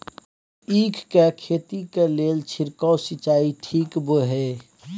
ईख के खेती के लेल छिरकाव सिंचाई ठीक बोय ह?